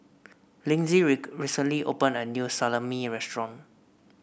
Linzy recently opened a new Salami restaurant